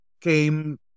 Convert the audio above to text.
came